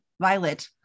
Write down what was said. Violet